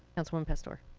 councilwoman pastor.